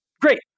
Great